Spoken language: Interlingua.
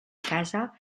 casa